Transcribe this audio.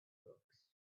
books